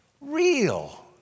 real